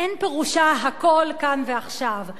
אין פירושה "הכול כאן ועכשיו",